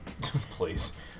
Please